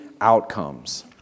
outcomes